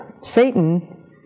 Satan